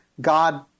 God